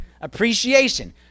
appreciation